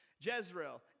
Jezreel